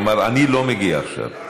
אמר, אני לא מגיע עכשיו.